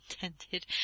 intended